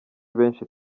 benshi